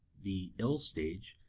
the ill stage,